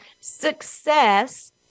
success